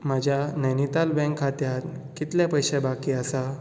म्हज्या नैनीताल बँक खात्यांत कितलें पयशे बाकी आसा